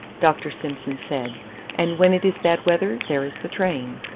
dr. simson said and when it is bad weather, there is the train.